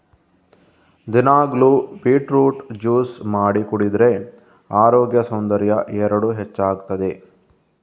ದಿನಾಗ್ಲೂ beetroot juice ಮಾಡಿ ಕುಡಿದ್ರೆ ಅರೋಗ್ಯ ಸೌಂದರ್ಯ ಎರಡೂ ಹೆಚ್ಚಾಗ್ತದೆ